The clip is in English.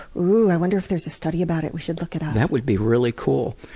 ooh, i wonder if there's a study about it. we should look it up! that would be really cool.